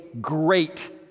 great